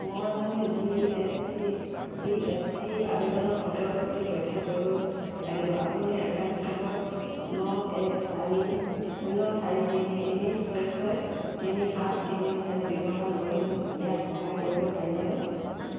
মই মোৰ G S C S T আবেদনৰ অগ্ৰগতি পৰীক্ষা কৰিব লাগিব আপুনি ৰেফাৰেন্স নম্বৰ ন এক চাৰি শূন্য চাৰি তিনি তিনি ছয় ছয় তিনি সাত তিনি চাৰি ব্যৱহাৰ কৰি মোক ইয়াত সহায় কৰিব পাৰিবনে